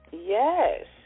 Yes